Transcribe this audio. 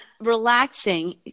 relaxing